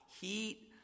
heat